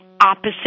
opposite